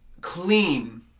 clean